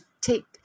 take